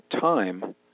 time